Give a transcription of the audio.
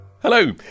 Hello